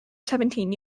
seventeen